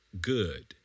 good